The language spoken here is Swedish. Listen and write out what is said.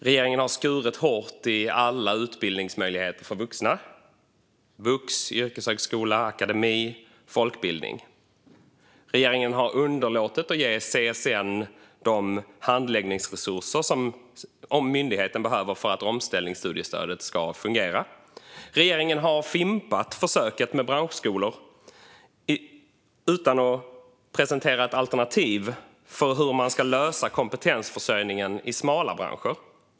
Regeringen har skurit hårt i alla utbildningsmöjligheter för vuxna: vux, yrkeshögskola, akademi, folkbildning. Regeringen har underlåtit att ge CSN de handläggningsresurser som myndigheten behöver för att omställningsstudiestödet ska fungera. Regeringen har fimpat försöket med branschskolor utan att presentera ett alternativ för hur man ska lösa kompetensförsörjningen i smala branscher.